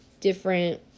different